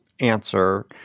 answer